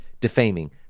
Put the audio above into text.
defaming